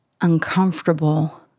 uncomfortable